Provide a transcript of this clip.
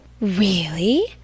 Really